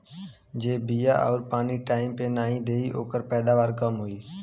जे बिया आउर पानी टाइम से नाई देई ओकर पैदावार कम होई